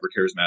charismatic